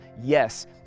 Yes